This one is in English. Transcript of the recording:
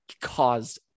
caused